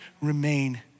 remain